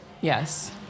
Yes